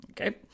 Okay